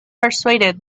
persuaded